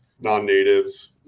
non-natives